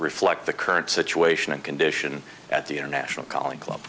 reflect the current situation and condition at the international college club